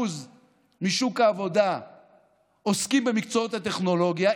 משוק העבודה עוסקים במקצועות הטכנולוגיה,